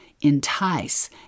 entice